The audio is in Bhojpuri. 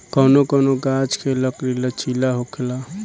कौनो कौनो गाच्छ के लकड़ी लचीला होखेला